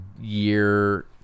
year